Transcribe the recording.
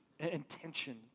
Intention